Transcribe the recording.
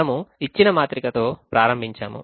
మనము ఇచ్చిన మాత్రికతో ప్రారంభించాము